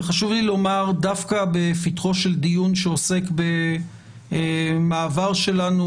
חשוב לי לומר דווקא בפתחו של דיון שעוסק במעבר שלנו